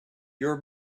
your